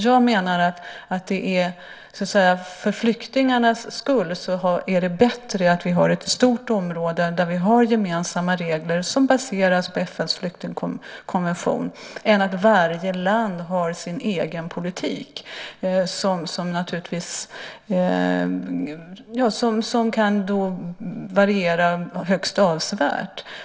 Jag menar att det för flyktingarnas skull är bättre att vi har ett stort område där vi har gemensamma regler som baseras på FN:s flyktingkonvention än att varje land har sin egen politik som naturligtvis kan variera högst avsevärt.